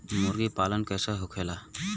मुर्गी पालन कैसे होखेला?